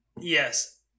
Yes